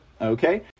okay